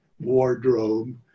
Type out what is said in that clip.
wardrobe